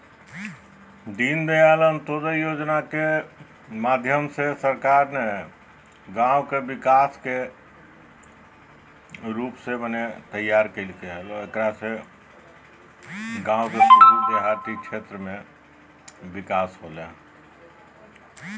दीनदयाल अंत्योदय योजना के माध्यम से सरकार ग्रामीण क्षेत्र के विकसित करय के प्रयास कइलके